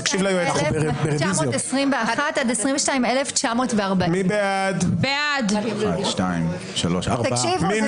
22,921 עד 22,940. תקשיבו,